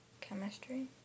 chemistry